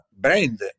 brand